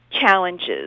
challenges